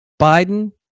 Biden